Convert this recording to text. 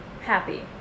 happy